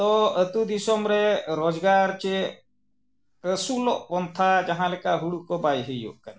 ᱛᱚ ᱟᱛᱳ ᱫᱤᱥᱚᱢ ᱨᱮ ᱨᱚᱡᱽᱜᱟᱨ ᱪᱮᱫ ᱟᱹᱥᱩᱞᱚᱜ ᱯᱚᱱᱛᱷᱟ ᱡᱟᱦᱟᱸ ᱞᱮᱠᱟ ᱦᱩᱲᱩ ᱠᱚ ᱵᱟᱭ ᱦᱩᱭᱩᱜ ᱠᱟᱱᱟ